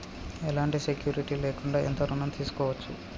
ఎలాంటి సెక్యూరిటీ లేకుండా ఎంత ఋణం తీసుకోవచ్చు?